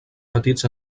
petits